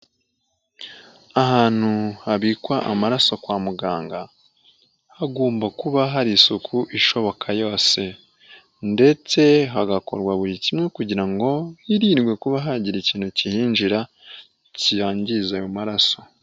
Ahantu habikwa amaraso kwa muganga hagomba kuba hari isuku ishoboka yose ndetse hagakorwa buri kimwe kugira ngo hirindwe kuba hagira ikintu kiyinjira cyangiza ayo maraso.